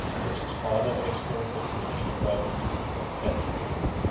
and which his father had extorted from the king of burgundy, by the threats of war,